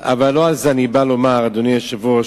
לא על זה באתי לדבר, אדוני היושב-ראש.